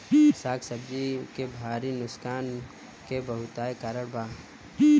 साग सब्जी के भारी नुकसान के बहुतायत कारण का बा?